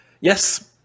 Yes